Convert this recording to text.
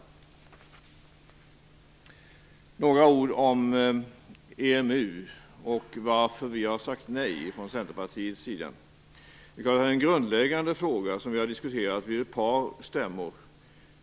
Jag vill säga några ord om EMU och varför vi har sagt nej från Centerpartiets sida. Det är en grundläggande fråga som vi har diskuterat vid ett par stämmor.